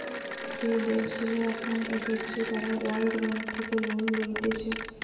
যে দেশগুলা এখন এগোচ্ছে তারা ওয়ার্ল্ড ব্যাঙ্ক থেকে লোন লইতেছে